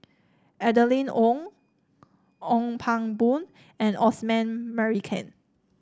Adeline Ooi Ong Pang Boon and Osman Merican